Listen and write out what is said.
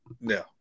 no